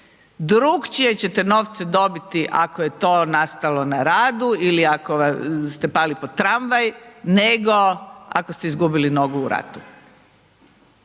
drugačije ćete novce dobiti ako je to nastalo na radu ili ako ste pali pod tramvaj, nego ako ste izgubili nogu u ratu,